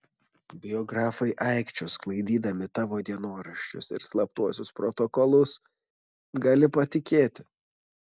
biografai aikčios sklaidydami tavo dienoraščius ir slaptuosius protokolus gali patikėti